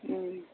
उम